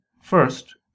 First